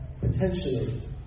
potentially